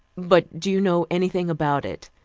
but do you know anything about it?